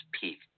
peak